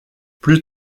plus